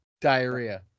Diarrhea